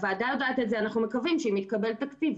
הוועדה יודעת את זה ואנחנו מקווים שאם יתקבל תקציב,